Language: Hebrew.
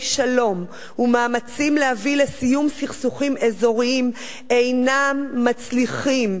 שלום ומאמצים להביא לסיום סכסוכים אזוריים אינם מצליחים